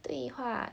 对话